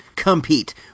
Compete